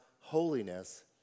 holiness